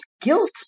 guilt